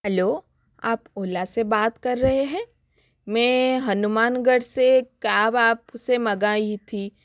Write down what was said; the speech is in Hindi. हलो आप ओला से बात कर रहे हैं मैं हनुमानगढ़ से कैब आप से मंगाई थी